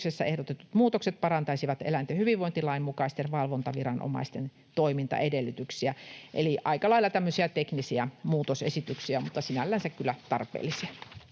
ehdotetut muutokset parantaisivat eläinten hyvinvointilain mukaisten valvontaviranomaisten toimintaedellytyksiä, eli aika lailla tämmöisiä teknisiä muutosesityksiä mutta sinänsä kyllä tarpeellisia.